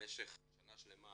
במשך שנה שלמה